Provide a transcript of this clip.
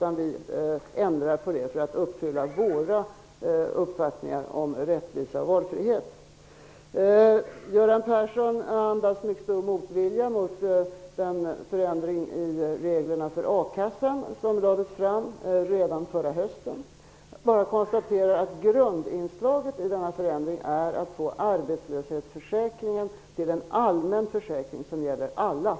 Vi gör ändringar för att uppfylla våra uppfattningar om rättvisa och valfrihet. Göran Persson andas mycket stor motvilja mot den förändring i reglerna för a-kassa som lades fram redan förra hösten. Jag vill bara konstatera att grundinslaget i förändringen är att göra arbetslöshetsförsäkringen till en allmän försäkring som gäller alla.